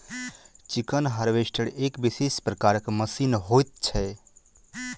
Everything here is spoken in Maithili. चिकन हार्वेस्टर एक विशेष प्रकारक मशीन होइत छै